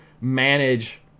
manage